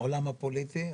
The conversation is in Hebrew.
בעולם הפוליטי,